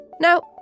Now